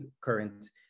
current